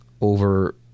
over